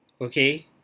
Okay